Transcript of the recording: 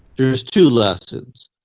there's two lessons.